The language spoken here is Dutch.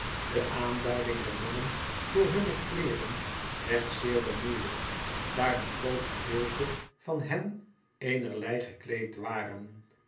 de aanduiding der mannen door hunne kleeren werd zeer bemoek lijkt daar een groot gedeelte van hen eenerlei gekleed waren